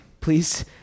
Please